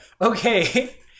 Okay